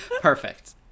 Perfect